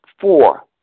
Four